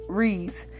reads